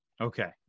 Okay